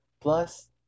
Plus